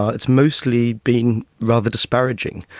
ah it's mostly been rather disparaging.